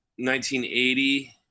1980